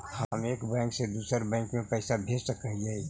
हम एक बैंक से दुसर बैंक में पैसा भेज सक हिय?